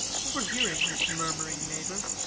overhearing his murmuring neighbor,